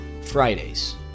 Fridays